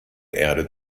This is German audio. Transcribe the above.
erde